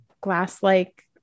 glass-like